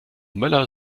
möller